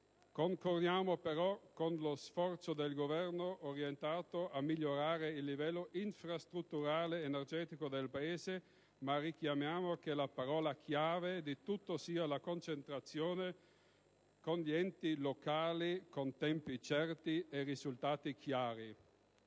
Concordiamo però con lo sforzo del Governo orientato a migliorare il livello infrastrutturale energetico del Paese, ma richiediamo che la parola chiave di tutto sia la concertazione con gli enti locali, con tempi certi e risultati chiari.